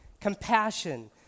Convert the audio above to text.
compassion